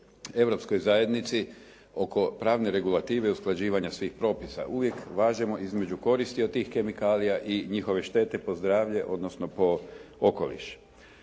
Europskoj zajednici oko pravne regulative i usklađivanja svih propisa. Uvijek važemo između koristi od tih kemikalija i njihove štete po zdravlje odnosno po okoliš.